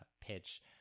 pitch